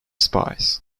spies